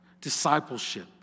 discipleship